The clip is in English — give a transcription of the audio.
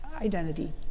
identity